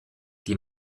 die